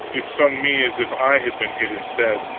it stung me as if i had been hit instead.